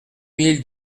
mille